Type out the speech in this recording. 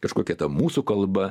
kažkokia ta mūsų kalba